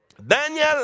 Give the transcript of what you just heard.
Daniel